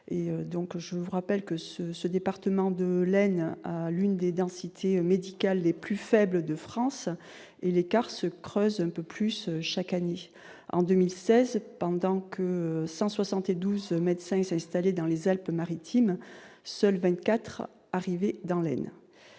Je vous rappelle que le département de l'Aisne a l'une des densités médicales les plus faibles de France, et l'écart se creuse un peu plus chaque année : en 2016, pendant que 172 médecins s'installaient dans les Alpes-Maritimes, seuls 24 arrivaient dans l'Aisne.